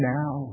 now